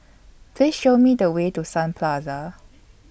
Please Show Me The Way to Sun Plaza